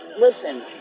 Listen